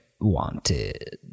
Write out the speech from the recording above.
wanted